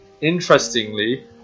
interestingly